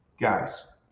guys